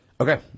Okay